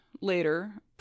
later